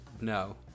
no